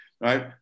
right